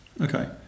Okay